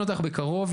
בקרוב,